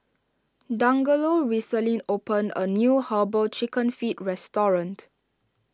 Dangelo recently opened a new Herbal Chicken Feet Restaurant